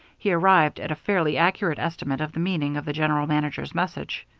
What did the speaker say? he arrived at a fairly accurate estimate of the meaning of the general manager's message.